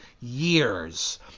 years